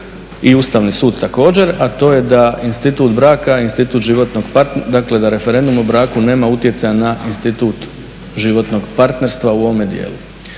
i Ustavni sud također, a to je da institut braka i institut životnog partnerstva, dakle da referendum o braku nema utjecaja na institut životnog partnerstva u ovome dijelu.